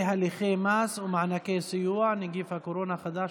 הליכי מס ומענקי סיוע (נגיף הקורונה החדש,